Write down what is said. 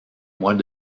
mois